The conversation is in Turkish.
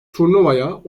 turnuvaya